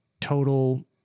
total